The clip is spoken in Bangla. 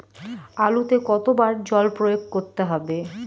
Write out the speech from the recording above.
আলুতে কতো বার জল প্রয়োগ করতে হবে?